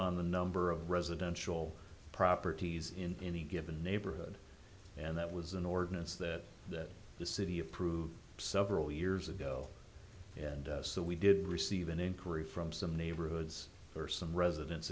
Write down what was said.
on the number of residential properties in any given neighborhood and that was an ordinance that that the city approved several years ago and so we did receive an inquiry from some neighborhoods or some residents